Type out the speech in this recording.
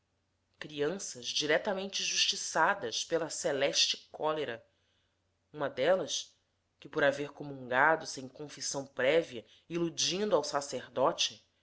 crianças diretamente justiçadas pela celeste cólera uma delas que por haver comungado sem confissão prévia iludindo ao sacerdote